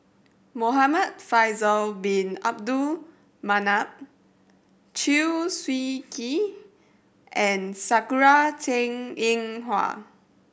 Muhamad Faisal Bin Abdul Manap Chew Swee Kee and Sakura Teng Ying Hua